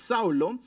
Saulo